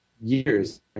years